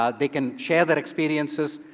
ah they can share their experiences.